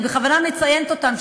אני בכוונה מציינת אותם,